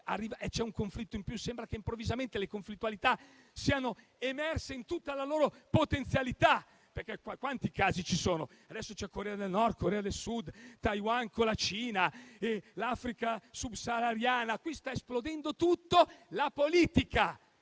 c'è un conflitto in più. Sembra che improvvisamente le conflittualità siano emerse in tutta la loro potenzialità: quanti casi ci sono? Adesso ci sono la Corea del Nord e la Corea del Sud, c'è Taiwan con la Cina, l'Africa subsahariana, sta esplodendo tutto. Di